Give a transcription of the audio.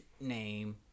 name